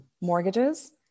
mortgages